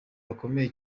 bakomeye